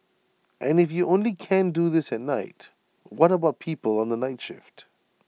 and if you only can do this at night what about people on the night shift